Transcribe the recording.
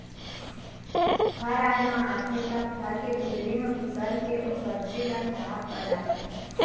फर आए म आथे त फर के भीतरी म खुसर के ओ सब्जी ल खराब कर डारथे